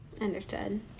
Understood